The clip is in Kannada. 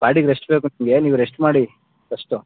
ಬಾಡಿಗೆ ರೆಶ್ಟ್ ಬೇಕು ನಿಮಗೆ ನೀವು ರೆಶ್ಟ್ ಮಾಡಿ ಫಶ್ಟು